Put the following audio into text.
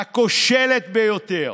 הכושלת ביותר,